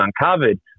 uncovered